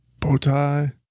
Bowtie